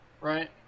Right